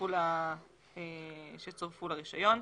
שצורפו לרישיון,